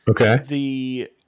Okay